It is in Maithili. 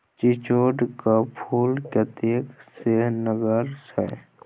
चिचोढ़ क फूल कतेक सेहनगर छै